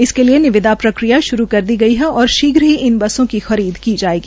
इसके लिए निविदा प्रक्रिया शुरू कर दी गई है और शीघ्र ही इन बसों की खरीद की जाएगी